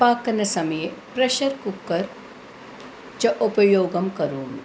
पाकसमये pressure cooker च उपयोगं करोमि